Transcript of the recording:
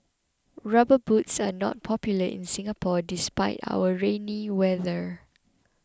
rubber boots are not popular in Singapore despite our rainy weather